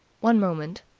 one moment.